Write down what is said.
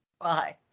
Bye